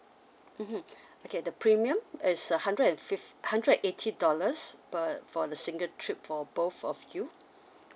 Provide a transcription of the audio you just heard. mmhmm okay the premium is a hundred and fifth hundred and eighty dollars per for the single trip for both of you